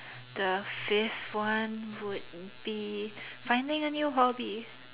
the fifth one would be finding a new hobby